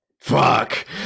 fuck